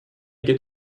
get